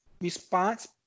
response